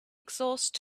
exhaust